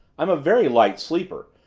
i'm a very light sleeper,